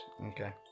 Okay